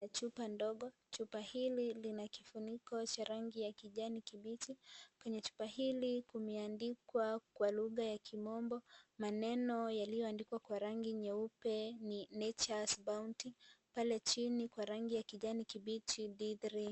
Chupa ndogo, chupa hili lina kifuniko cha rangi ya kijani kibichi. Kwenye chupa hili kumeandikwa kwa lugha ya kimombo, maneno yaliyoandikwa kwa rangi nyeupe ni nature's bounty pale chini kwa rangi ya kijani kibichi D3.